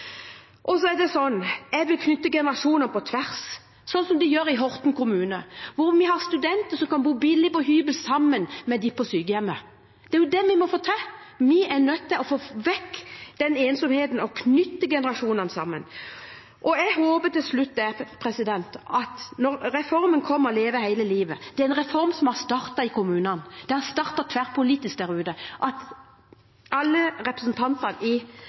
Jeg vil knytte sammen ulike generasjoner, sånn de gjør i Horten kommune, hvor de har studenter som kan bo billig på hybel sammen med dem på sykehjemmet. Det er det vi må få til. Vi er nødt til å få vekk ensomheten og knytte generasjonene sammen. Jeg håper at når reformen «Leve hele livet» kommer – det er en reform som har startet i kommunene, den har startet tverrpolitisk der ute – kan alle representantene i